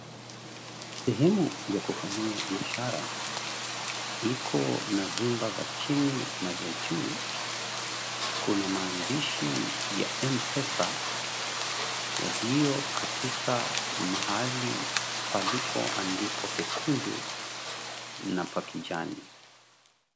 Sehemu ya kufanyia biashara iko na vyumba vya chini na vya juu. Kuna maandishi ya Mpesa yaliyo katika mahali palipoandikwa pekundu na pa kijani.